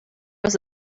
was